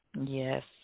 Yes